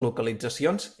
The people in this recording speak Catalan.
localitzacions